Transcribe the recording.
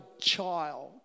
child